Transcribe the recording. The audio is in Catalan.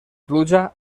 pluja